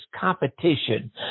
competition